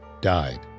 died